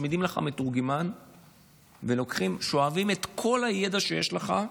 ומצמידים לך מתורגמן ושואבים את כל הידע שיש לך,